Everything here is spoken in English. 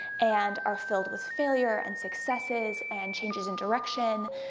and are filled with failure and successes, and changes in direction.